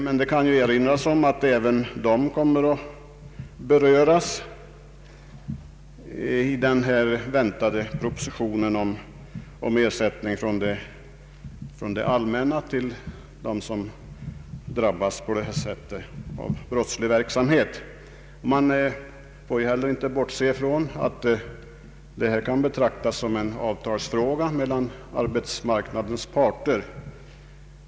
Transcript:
Jag kan emellertid erinra om att även poliserna kommer att beröras av den väntade propositionen om ersättning från det allmänna till dem som drabbas av brottslig verksamhet. Man får inte heller bortse från att detta också kan betraktas som en avtalsfråga mellan arbetsmarknadens parter.